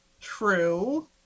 True